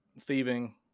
thieving